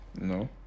No